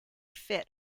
fit